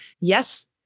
yes